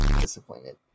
Disappointed